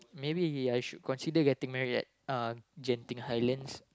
maybe we I should consider getting married at uh Genting-Highlands